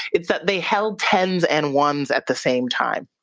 it's that they held tens and ones at the same time.